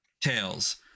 tails